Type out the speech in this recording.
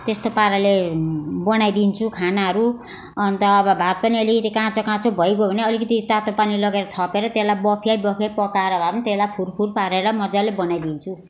त्यस्तो पाराले बनाइदिन्छु खानाहरू अन्त अब भात पनि अलिकति काँचो काँचो भइगयो भने अलिकति तातो पानी लगेर थपेर त्यसलाई बफ्याइ बफ्याइ पकाएर भए त्यसलई फुर फुर पारेर मजाले बनाइदिन्छु